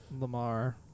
Lamar